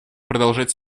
продолжать